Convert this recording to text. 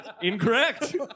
Incorrect